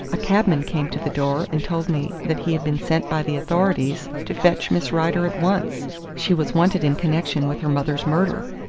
a cabman came to the door and told me that he had been sent by the authorities to fetch miss rider at once she was wanted in connection with her mother's murder.